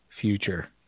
future